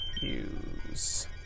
Use